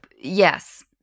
yes